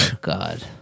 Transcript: God